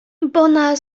bona